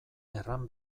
erran